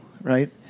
right